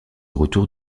retour